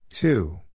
Two